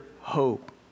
hope